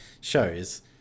shows